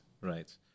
right